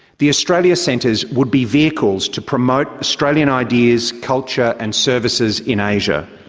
the australia centres would be vehicles to promote australian ideas, culture and services in asia.